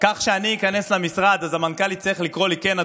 כך שכשאני איכנס למשרד אז המנכ"ל יצטרך לקרוא לי: כן,